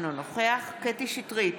אינו נוכח קטי קטרין שטרית,